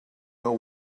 will